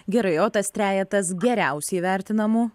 gerai o tas trejetas geriausiai vertinamų